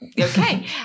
Okay